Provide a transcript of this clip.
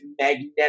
magnetic